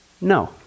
No